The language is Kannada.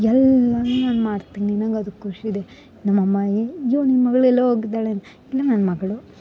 ಎಲ್ಲನು ನಾನು ಮಾಡ್ತೀನಿ ನಂಗ ಅದು ಖುಷಿ ಇದೆ ನಮ್ಮಮ್ಮಾಯೆ ಜೊ ನಿಮ್ಮ ಮಗಳು ಎಲ್ಲೊ ಹೋಗಿದ್ದಾಳೆ ನನ್ನ ಮಗಳು